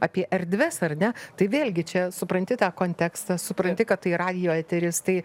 apie erdves ar ne tai vėlgi čia supranti tą kontekstą supranti kad tai radijo eteris tai